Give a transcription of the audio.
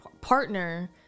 partner